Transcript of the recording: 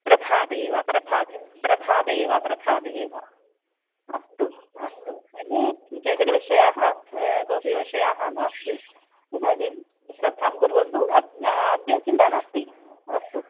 प्रभाते एव प्रभा प्रभाते एव प्रभाते एव अस्तु अस्तु अन्य केचन विषयः कोपि विषयः नास्ति इदानीं श्रद्धां कुर्वन्तु अद् अद्य चिन्ता नास्ति अस्तु